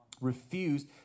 refused